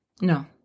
No